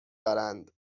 دارند